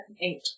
eight